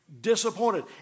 disappointed